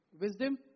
wisdom